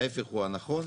ההיפך הוא הנכון,